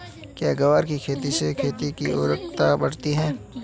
क्या ग्वार की खेती से खेत की ओर उर्वरकता बढ़ती है?